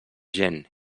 gent